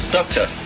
Doctor